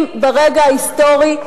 אם ברגע ההיסטורי,